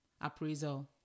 appraisal